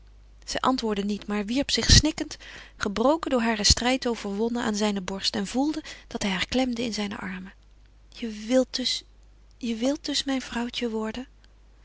zij antwoordde niet maar wierp zich snikkend gebroken door haren strijd overwonnen aan zijne borst en voelde dat hij haar klemde in zijne armen je wilt dus je wilt dus mijn vrouwtje worden